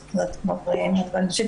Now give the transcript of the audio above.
אני לא זוכרת --- אבל אני כן חושבת